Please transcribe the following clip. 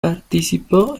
participó